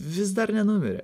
vis dar nenumirė